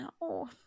No